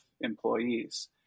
employees